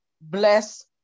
bless